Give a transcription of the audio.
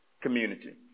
community